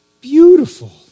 beautiful